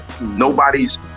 Nobody's